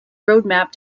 roadmap